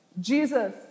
Jesus